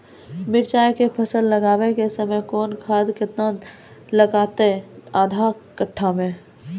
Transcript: मिरचाय के फसल लगाबै के समय कौन खाद केतना लागतै आधा कट्ठा मे?